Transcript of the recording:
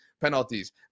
penalties